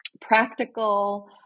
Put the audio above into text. practical